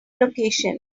locations